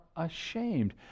ashamed